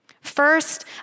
First